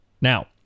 Now